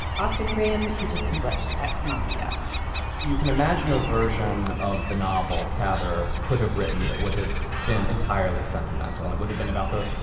austin graham teaches english at columbia you can imagine a version of the novel cather could have written that would have been entirely sentimental. it would have been about the,